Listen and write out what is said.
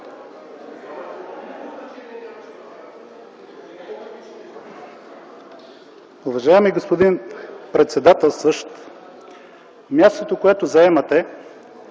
Уважаеми господин председателстващ, мястото, което заемате,